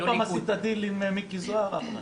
עוד פעם עשית דיל עם מיקי זוהר, אחמד...